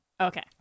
Okay